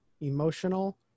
emotional